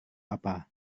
apa